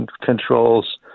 controls